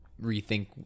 rethink